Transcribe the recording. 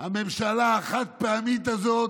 הממשלה החד-פעמית הזאת,